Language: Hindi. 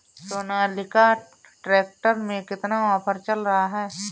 सोनालिका ट्रैक्टर में कितना ऑफर चल रहा है?